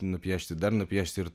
nupiešti dar nupiešti ir